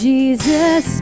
Jesus